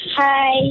Hi